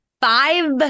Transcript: five